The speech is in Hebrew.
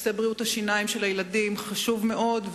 נושא בריאות השיניים של הילדים חשוב מאוד,